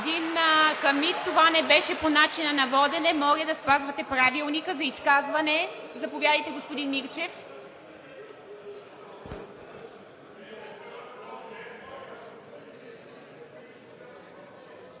Господин Хамид, това не беше по начина на водене. Моля да спазвате Правилника! Изказване? Заповядайте, господин Мирчев.